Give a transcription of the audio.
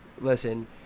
listen